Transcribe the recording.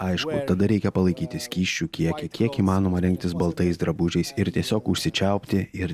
aišku tada reikia palaikyti skysčių kiekį kiek įmanoma rengtis baltais drabužiais ir tiesiog užsičiaupti ir